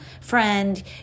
friend